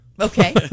Okay